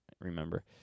remember